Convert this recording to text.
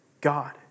God